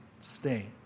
stay